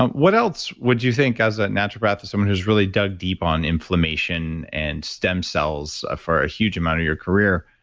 what else would you think as a naturopath, someone who's really dug deep on inflammation and stem cells for a huge amount of your career,